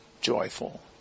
joyful